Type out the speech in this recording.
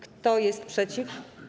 Kto jest przeciw?